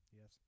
Yes